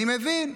אני מבין,